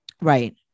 Right